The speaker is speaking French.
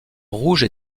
rouge